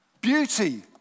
beauty